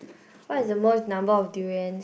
what is the most number of durian